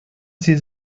sie